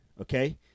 Okay